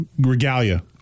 Regalia